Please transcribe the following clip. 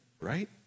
right